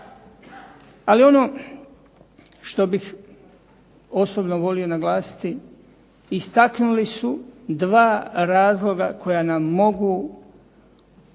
Ali ono što bih osobno volio naglasiti istaknuli dva razloga koja nam mogu